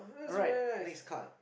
alright next card